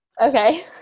Okay